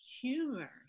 humor